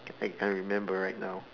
I I remember right now